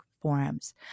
forums